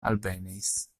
alvenis